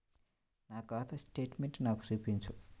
నా ఖాతా స్టేట్మెంట్ను నాకు చూపించు